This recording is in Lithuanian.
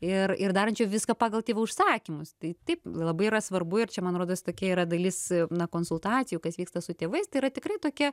ir ir darančio viską pagal tėvų užsakymus tai taip labai svarbu ir čia man rodos tokia yra dalis na konsultacijų kas vyksta su tėvais tai yra tikrai tokie